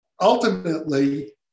ultimately